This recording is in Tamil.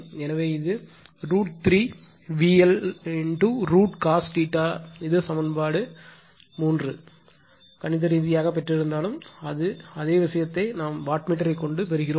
எனவே இது √ 3 VL √ cos இது சமன்பாடு 3 இது தான் கணித ரீதியாக பெற்றிருந்தாலும் அது அதே விஷயத்தை நாம் வாட்மீட்டரை கொண்டு பெறுகிறோம்